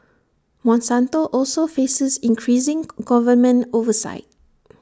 monsanto also faces increasing government oversight